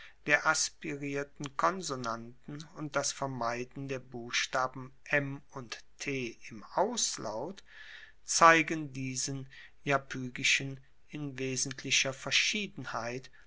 der aspirierten konsonanten und das vermeiden der buchstaben m und t im auslaut zeigen diesen iapygischen in wesentlicher verschiedenheit